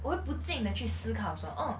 我会不尽的去思考说 orh